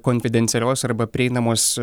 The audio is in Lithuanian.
konfidencialios arba prieinamos